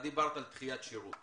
דיברת על דחיית שירות